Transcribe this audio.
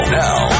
now